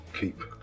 keep